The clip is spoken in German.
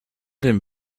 dem